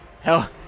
Hell